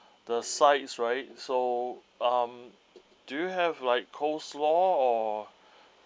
the sides right so um do you have like coleslaw or